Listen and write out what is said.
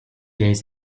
days